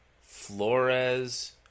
Flores